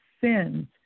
sins